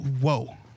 Whoa